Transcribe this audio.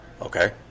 Okay